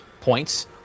points